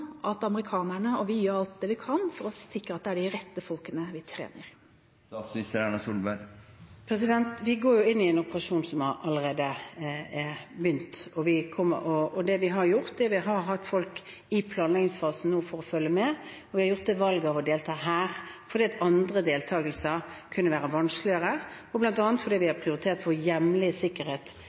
at amerikanerne og vi gjør alt som kan gjøres for å sikre at det er de rette folkene vi trener? Vi går jo inn i en operasjon som allerede har begynt, og det vi har gjort, er at vi har hatt folk i planleggingsfasen for å følge med. Og vi har gjort det valget å delta her, fordi deltakelser andre steder kunne være vanskeligere, bl.a. fordi vi har prioritert vår hjemlige sikkerhet